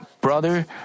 brother